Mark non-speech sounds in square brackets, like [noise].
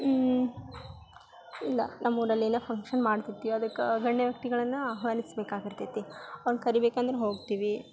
ಇಲ್ಲ ನಮ್ಮೂರಲ್ಲಿ ಏನೇ ಫಂಕ್ಷನ್ [unintelligible] ಅದಕ್ಕ ಗಣ್ಯ ವ್ಯಕ್ತಿಗಳನ್ನ ಆಹ್ವಾನಿಸ ಬೇಕಾಗಿರ್ತೈತಿ ಅವ್ರ್ನ ಕರಿಬೇಕಂದ್ರೆ ಹೋಗ್ತೀವಿ